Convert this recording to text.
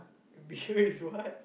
beer~ is what